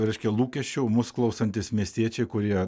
reiškia lūkesčių mus klausantys miestiečiai kurie